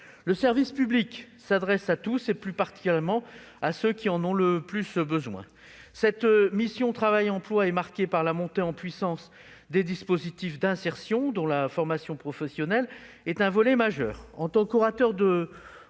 Le service public s'adresse à tous, plus particulièrement à ceux qui en ont le plus besoin. La mission « Travail et emploi » est marquée par la montée en puissance des dispositifs d'insertion, dont la formation professionnelle est un volet majeur. En tant qu'orateur de